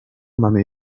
mamy